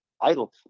idol